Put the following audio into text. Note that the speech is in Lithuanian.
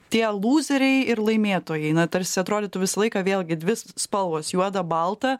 tie lūzeriai ir laimėtojai na tarsi atrodytų visą laiką vėlgi dvi spalvos juoda balta